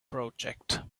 project